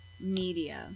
media